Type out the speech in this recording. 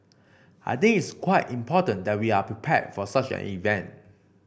I think it's quite important that we are prepared for such an event